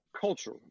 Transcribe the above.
Culture